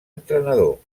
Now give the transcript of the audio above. entrenador